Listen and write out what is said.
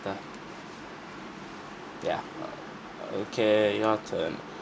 yeah uh okay your turn